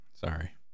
Sorry